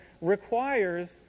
requires